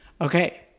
Okay